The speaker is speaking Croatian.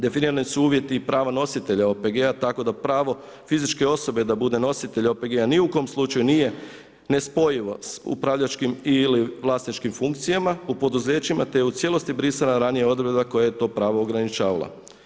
Definirani su uvjeti prava nositelja OPG-a tako da pravo fizičke osobe da bude nositelj OPG-a ni u kom slučaju nije nespojivo sa upravljačkim ili vlasničkim funkcijama u poduzećima te u cijelosti brisana ranija odredba koje je to pravo ograničavala.